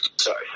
Sorry